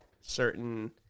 certain